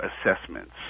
assessments